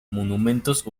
monumentos